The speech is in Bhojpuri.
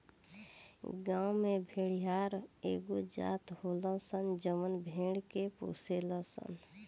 गांव में भेड़िहार एगो जात होलन सन जवन भेड़ के पोसेलन सन